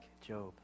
Job